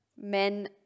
men –